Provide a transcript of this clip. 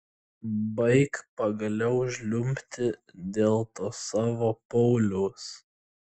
baik pagaliau žliumbti dėl to savo pauliaus